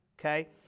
okay